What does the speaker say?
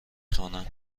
خوانم